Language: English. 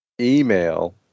Email